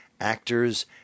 actors